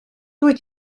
dwyt